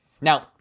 Now